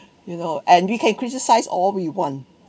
you know and we can criticize all we want